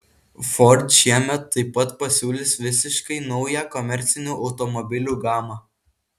ford šiemet taip pat pasiūlys visiškai naują komercinių automobilių gamą